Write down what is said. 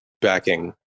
backing